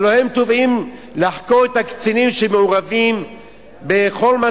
הלוא הם תובעים לחקור את הקצינים שמעורבים בכל מה